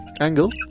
angle